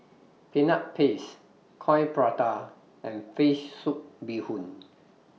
Peanut Paste Coin Prata and Fish Soup Bee Hoon